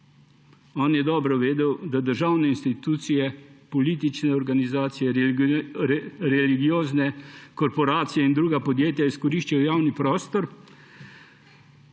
On je dobro vedel, da državne institucije, politične organizacije, religiozne korporacije in druga podjetja izkoriščajo javni prostor